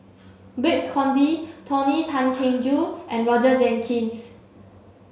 Babes Conde Tony Tan Keng Joo and Roger Jenkins